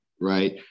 right